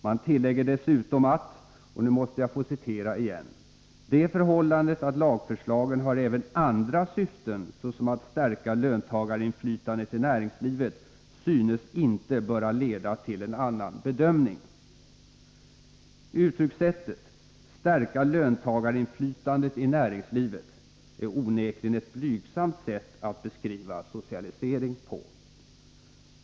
Man tillägger dessutom att ”det förhållandet att lagförslagen har även andra syften såsom att stärka löntagarinflytandet i näringslivet synes inte böra leda till en annan bedömning”. Uttrycket ”stärka löntagarinflytandet i näringslivet” är onekligen ett blygsamt sätt att beskriva socialisering på!